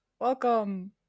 Welcome